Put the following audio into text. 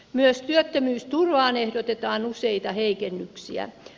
myös työttömyysturvaan ehdotetaan useita heikennyksiä